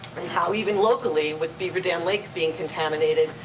and how even locally, with beaver dam lake being contaminated,